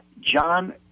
John